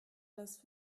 das